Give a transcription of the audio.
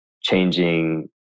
changing